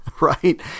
right